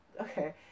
Okay